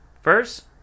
first